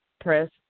press